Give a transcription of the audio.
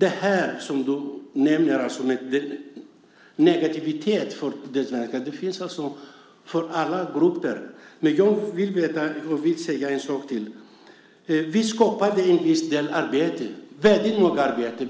Det som du nämner som negativt för nya svenskar finns i alla grupper. Jag vill säga en sak till. Vi skapade väldigt många arbeten.